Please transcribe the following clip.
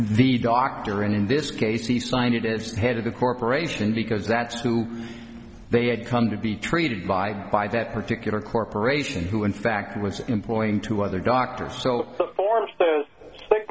the doctor and in this case he signed it is the head of the corporation because that's who they had come to be treated by by that particular corporation who in fact was employing two other doctor